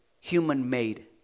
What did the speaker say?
human-made